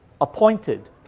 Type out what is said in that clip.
appointed